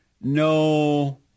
no